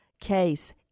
case